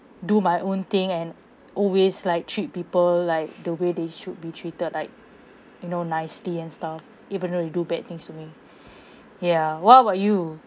do my own thing and always like treat people like the way they should be treated like you know nicely and stuff even though you do bad things to me ya what about you